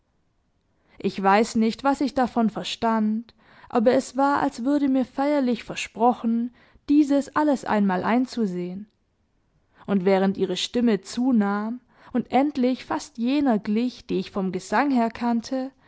ich weiß nicht was ich davon verstand aber es war als würde mir feierlich versprochen dieses alles einmal einzusehen und während ihre stimme zunahm und endlich fast jener glich die ich vom gesang her kannte